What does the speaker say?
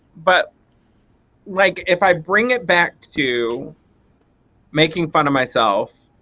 but like if i bring it back to making fun of myself